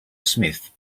smith